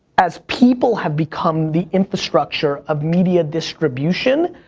as people have become the infrastructure of media distribution,